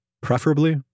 preferably